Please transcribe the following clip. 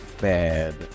bad